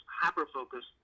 hyper-focus